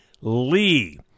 Lee